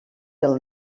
del